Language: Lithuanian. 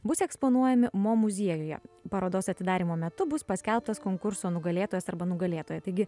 bus eksponuojami mo muziejuje parodos atidarymo metu bus paskelbtas konkurso nugalėtojas arba nugalėtoja taigi